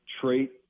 trait